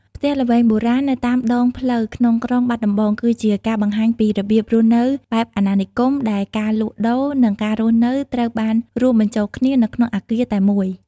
ផ្ទះល្វែងបុរាណនៅតាមដងផ្លូវក្នុងក្រុងបាត់ដំបង គឺជាការបង្ហាញពីរបៀបរស់នៅបែបអាណានិគម ដែលការលក់ដូរ និងការរស់នៅត្រូវបានរួមបញ្ចូលគ្នានៅក្នុងអគារតែមួយ។